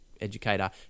educator